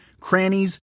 crannies